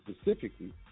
specifically